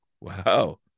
wow